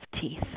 teeth